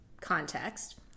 context